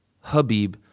Habib